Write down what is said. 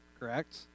Correct